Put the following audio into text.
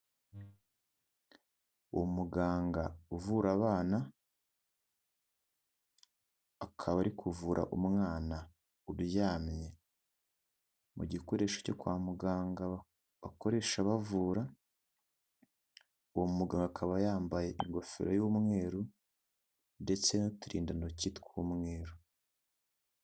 Umuganga uvura abana, akaba ari kuvura umwana uryamye mu gikoresho cyo kwa muganga bakoresha bavura, uwo mugabo akaba yambaye ingofero y'umweru ndetse n'uturindantoki tw'umweru.